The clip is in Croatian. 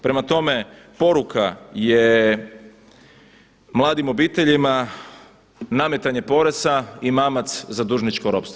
Prema tome, poruka je mladim obiteljima nametanje poreza i mamac za dužničko ropstvo.